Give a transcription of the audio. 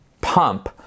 pump